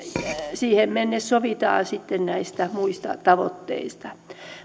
siihen mennessä sovitaan sitten näistä muista tavoitteista